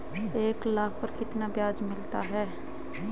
एक लाख पर कितना ब्याज मिलता है?